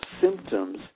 symptoms